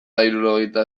hirurogeita